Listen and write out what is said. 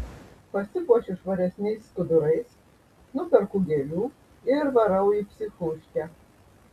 pasipuošiu švaresniais skudurais nuperku gėlių ir varau į psichuškę